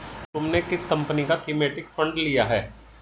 तुमने किस कंपनी का थीमेटिक फंड लिया है?